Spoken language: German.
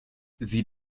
sie